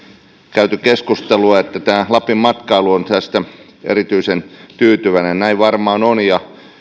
käyty keskustelua että lapin matkailussa ollaan tästä erityisen tyytyväisiä näin varmaan on ja